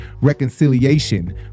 reconciliation